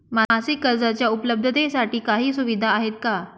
मासिक कर्जाच्या उपलब्धतेसाठी काही सुविधा आहे का?